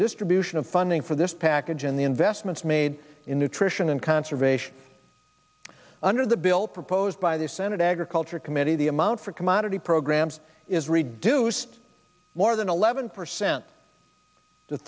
distribution of funding for this package and the investments made in nutrition and conservation under the bill proposed by the senate agriculture committee the amount for commodity programs is reduced eleven percent t